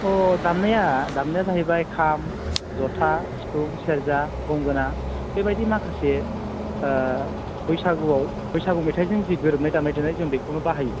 अ' दामनाया दामनाया जाहैबाय खाम ज'था सिफुं सेरजा गंगोना बे बायदि माखासे बैसागुआव बैसागु मेथाइजों जि गोरोबनाय दामानाय देनाय जों बेखौनो बाहायो बेवहाय